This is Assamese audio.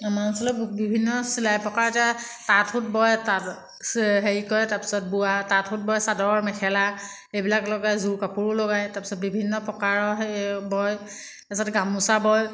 আমাৰ অঞ্চলৰ বিভিন্ন চিলাই প্ৰকাৰ এতিয়া তাঁত সূত বয় তাঁত চে হেৰি কৰে তাৰপিছত বোৱা তাঁত সূত বয় চাদৰ মেখেলা এইবিলাক লগায় যোৰ কাপোৰো লগায় তাৰপিছত বিভিন্ন প্ৰকাৰৰ সেই বয় তাৰপিছত গামোচা বয়